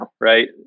right